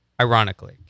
Ironically